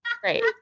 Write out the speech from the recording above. great